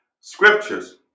Scriptures